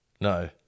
No